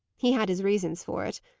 he had his reasons for it.